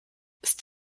ist